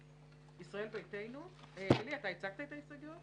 ישראל ביתנו אלי, אתה הצגת את ההסתייגויות?